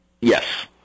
Yes